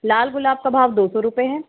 लाल गुलाब का भाव दो सौ रुपए है